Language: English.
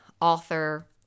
author